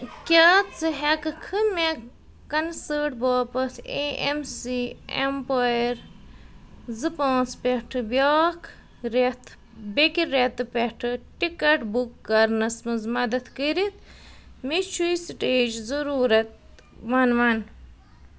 کیٛاہ ژٕ ہٮ۪کہٕ کھہٕ مےٚ کنسٲٹ باپتھ اے اٮ۪م سی اٮ۪مپایَر زٕ پانٛژھ پٮ۪ٹھٕ بیٛاکھ رٮ۪تھ بیٚکہِ رٮ۪تہٕ پٮ۪ٹھٕ ٹِکٹ بُک کَرنَس منٛز مدتھ کٔرِتھ مےٚ چھُے سِٹیج ضٔروٗرت وَن وَن